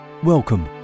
Welcome